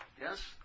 Yes